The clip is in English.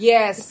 Yes